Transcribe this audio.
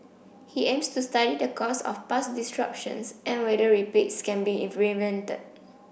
he aims to study the cause of past disruptions and whether repeats can be in prevented